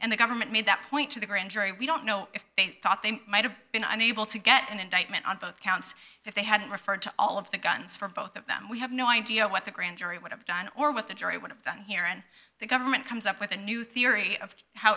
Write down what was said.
and the government made that point to the grand jury we don't know if they thought they might have been unable to get an indictment on both counts if they hadn't referred to all of the guns for both of them we have no idea what the grand jury would have done or what the jury would have done here and the government comes up with a new theory of how